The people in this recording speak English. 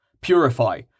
Purify